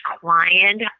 client